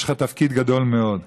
יש לך תפקיד גדול מאוד,